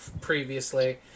previously